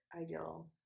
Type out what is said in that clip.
ideal